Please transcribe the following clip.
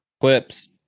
Clips